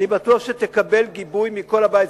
אני בטוח שתקבל גיבוי מכל הבית,